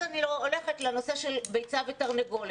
ומכאן אני מגיעה לנושא של הביצה והתרנגולת.